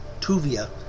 Tuvia